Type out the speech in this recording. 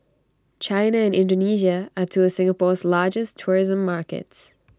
China and Indonesia are two of Singapore's largest tourism markets